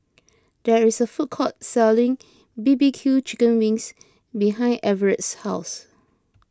there is a food court selling B B Q Chicken Wings behind Everet's house